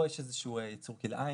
פה יש איזשהו יצור כלאיים,